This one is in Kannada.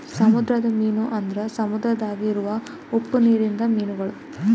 ಸಮುದ್ರದ ಮೀನು ಅಂದುರ್ ಸಮುದ್ರದಾಗ್ ಇರವು ಉಪ್ಪು ನೀರಿಂದ ಮೀನುಗೊಳ್